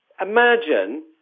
Imagine